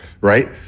right